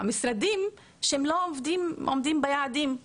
משרדים שלא עומדים ביעדים.